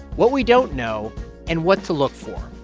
what we don't know and what to look for.